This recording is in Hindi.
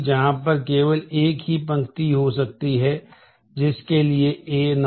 जहां पर केवल एक ही पंक्ति हो सकती है जिसके लिए A≠B